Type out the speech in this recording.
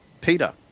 Peter